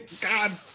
God